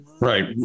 Right